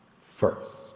first